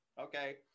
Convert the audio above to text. Okay